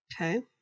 Okay